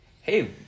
hey